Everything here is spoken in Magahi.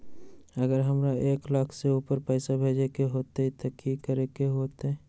अगर हमरा एक लाख से ऊपर पैसा भेजे के होतई त की करेके होतय?